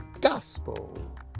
gospel